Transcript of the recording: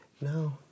No